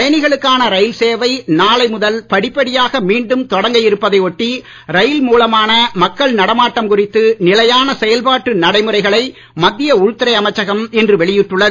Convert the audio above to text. பயணிகளுக்கான ரயில் சேவை நாளை முதல் படிப்படியாக மீண்டும் தொடங்க இருப்பதை ஒட்டி ரயில் மூலமான மக்கள் நடமாட்டம் குறித்து நிலையான செயல்பாட்டு நடைமுறைகளை மத்திய உள்துறை அமைச்சகம் இன்று வெளியிட்டுள்ளது